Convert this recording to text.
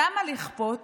למה לכפות?